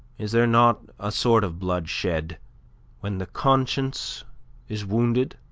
is there not a sort of blood shed when the conscience is wounded?